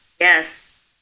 yes